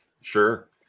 Sure